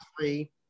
Three